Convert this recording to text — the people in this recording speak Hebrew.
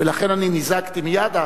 ולכן אני נזעקתי מייד.